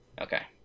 Okay